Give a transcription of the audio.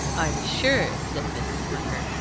i'm sure, said mrs. munger,